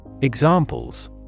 Examples